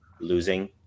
losing